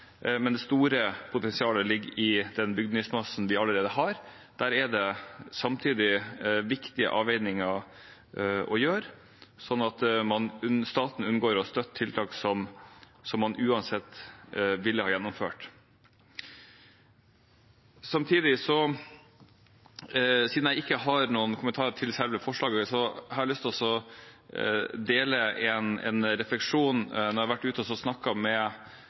men det store potensialet ligger i den bygningsmassen de allerede har. Der er det samtidig viktige avveininger å gjøre, slik at staten unngår å støtte tiltak som man uansett ville ha gjennomført. Samtidig, siden jeg ikke har noen kommenterer til selve forslaget, har jeg lyst til å dele en refleksjon etter at jeg har vært ute og